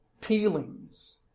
Peelings